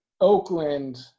Oakland